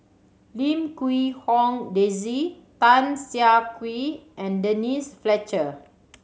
Lim Quee Hong Daisy Tan Siah Kwee and Denise Fletcher